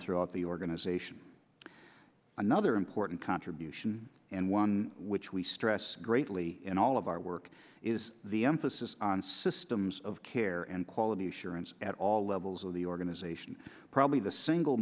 throughout the organization another important contribution and one which we stress greatly in all of our work is the emphasis on systems of care and quality assurance at all levels of the organization probably the single